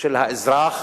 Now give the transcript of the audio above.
של האזרח,